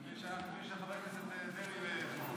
חבר הכנסת, לא.